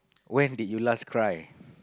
when did you last cry